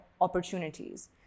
opportunities